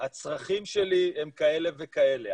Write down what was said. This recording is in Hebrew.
הצרכים שלי הם כאלה וכאלה,